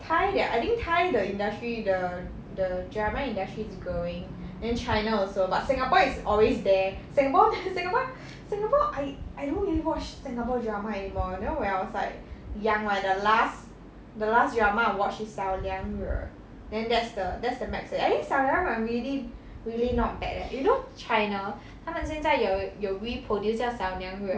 thai their I think thai the industry the the drama industry is growing and then china also but singapore is always there singapore singapore singapore I I don't really watch singapore drama anymore you know when I was like young right the last the last drama I watched is 小娘惹 then that's the that's the max leh I think 小娘惹 really really not bad leh you know china 他们现在有有 reproduce 叫小娘惹